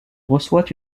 reçoit